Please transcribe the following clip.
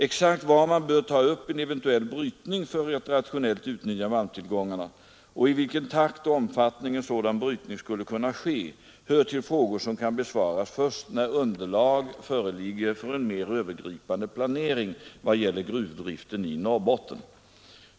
Exakt var man bör ta upp en eventuell brytning för att rationellt utnyttja malmtillgångarna, och i vilken takt och omfattning en sådan brytning skulle kunna ske, hör till frågor som kan besvaras först när underlag föreligger för en mer övergripande planering vad gäller gruvdriften i Norrbotten.